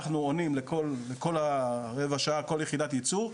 אנחנו עונים כל רבע שעה לכל יחידת ייצור,